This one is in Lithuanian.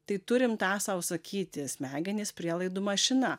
tai turim tą sau sakyti smegenys prielaidų mašina